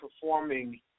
performing